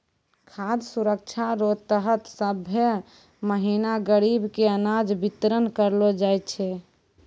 खाद सुरक्षा रो तहत सभ्भे महीना गरीब के अनाज बितरन करलो जाय छै